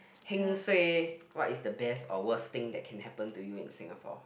heng suay what is the best or worst thing that can happen to you in Singapore